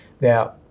Now